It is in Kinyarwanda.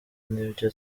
n’ibyo